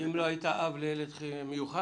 אם לא היית אב לילד מיוחד,